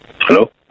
Hello